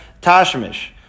Tashmish